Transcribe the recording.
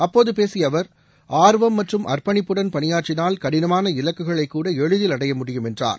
அப்போது பேசிய அவர் ஆர்வம் மற்றும் அர்ப்பணிப்புடன் பணியாற்றினால் கடினமான இலக்குகளை கூட எளிதில் அடைய முடியும் என்றார்